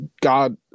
God